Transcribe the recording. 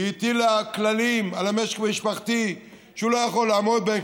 והיא הטילה כללים על המשק המשפחתי שהוא לא יכול לעמוד בהם,